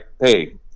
hey